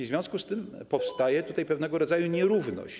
W związku z tym powstaje tutaj pewnego rodzaju nierówność.